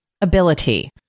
ability